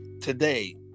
today